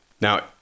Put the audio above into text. Now